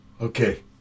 Okay